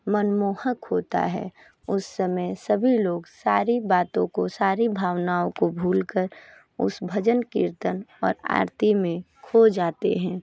मनमोहक होता है उस समय सभी लोग सारी बातों को सारी भावनाओं को भूल कर उस भजन कीर्तन और आरती में खो जाते हैं